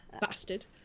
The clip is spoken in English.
Bastard